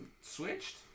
switched